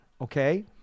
okay